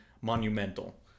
monumental